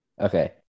Okay